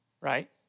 right